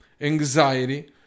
anxiety